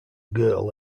girl